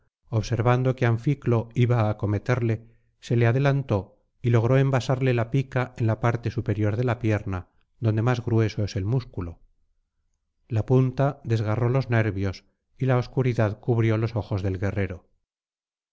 observando que anficlo iba á acometerle se le adelantó y logró envasarle la pica en la parte superior de la pierna donde más grueso es el músculo la punta desgarró los nervios y la obscuridad cubrió los ojos del guerrero